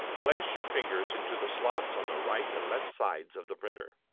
place your fingers into the slots on the right and left sides of the printer,